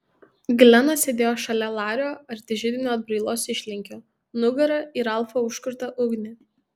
glenas sėdėjo šalia lario arti židinio atbrailos išlinkio nugara į ralfo užkurtą ugnį